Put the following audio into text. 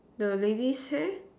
the lady's hair